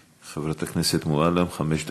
חברת הכנסת מועלם, חמש דקות.